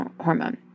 hormone